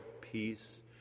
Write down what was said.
peace